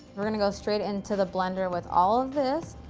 we're going to go straight into the blender with all of this.